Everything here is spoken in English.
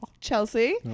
Chelsea